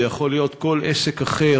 זה יכול להיות כל עסק אחר,